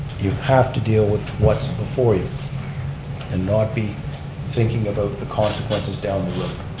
you have to deal with what's before you and not be thinking about the consequences down the road,